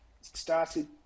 started